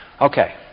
Okay